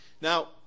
Now